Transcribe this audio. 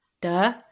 Duh